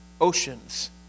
oceans